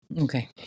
okay